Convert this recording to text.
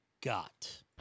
got